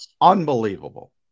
Unbelievable